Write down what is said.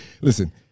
listen